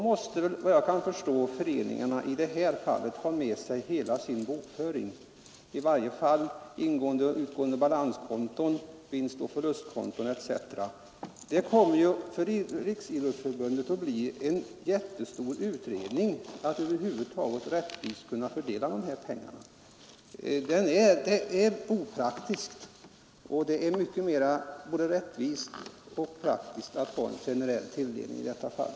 Efter vad jag kan förstå måste väl då föreningarna lämna in hela sin bokföring — i varje fall ingående och utgående balanskonton, vinstoch förlustkonton etc. Det måste innebära att Riksidrottsförbundet får göra en jättestor utredning för att över huvud taget kunna fördela de här pengarna riktigt. Ett sådant förfarande är opraktiskt, och det är mycket mer både rättvist och praktiskt att ha en generell tilldelning i detta fall.